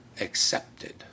accepted